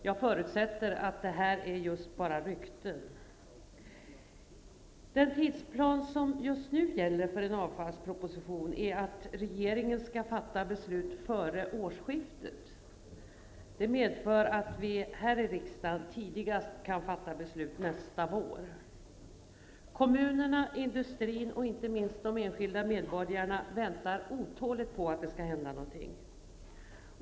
Jag förutsätter att det bara är rykten. Den tidsplan för en avfallsproposition som gäller just nu, är att regeringen skall fatta beslut före årsskiftet. Det medför att vi här i riksdagen kan fatta beslut tidigast nästa vår. Kommunerna, industrin och inte minst de enskilda medborgarna väntar otåligt på att det skall hända någonting.